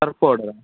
Surf powder